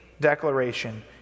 declaration